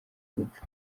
gupfa